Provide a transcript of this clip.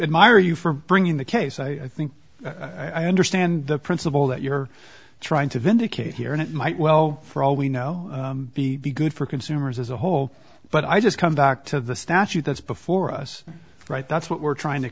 admire you for bringing the case i think i understand the principle that you're trying to vindicate here and it might well for all we know be good for consumers as a whole but i just come back to the statute that's before us right that's what we're trying to